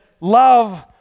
love